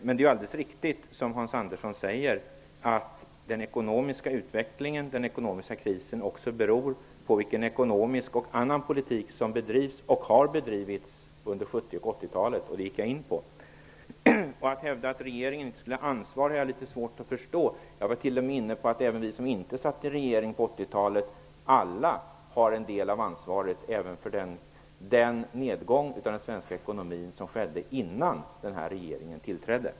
Det är alldels riktigt, som Hans Andersson säger, att den ekonomiska utvecklingen, den ekonomiska krisen, också beror på vilken ekonomisk och annan politik som har bedrivits under 70 och 80-talen. Det gick jag in på. Att hävda att regeringen inte skulle ha ansvar har jag litet svårt att förstå. Jag var t.o.m. inne på att även vi som inte satt i regeringen på 80-talet har en del av ansvaret för den nedgång i svensk ekonomisk utveckling som skedde innan den här regeringen tillträde.